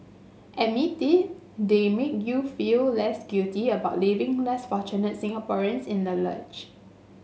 admit it they make you feel less guilty about leaving less fortunate Singaporeans in the lurch